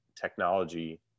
technology